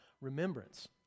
remembrance